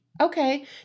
Okay